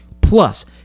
plus